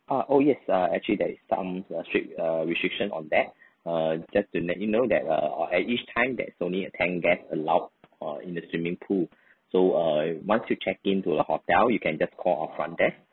ah oh yes uh actually that is some uh strict uh restriction on that uh just to let you know that uh or at each time there's only ten guest allowed or in the swimming pool so uh once you check in to the hotel you can just call our front desk